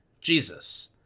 Jesus